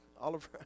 Oliver